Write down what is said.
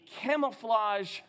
camouflage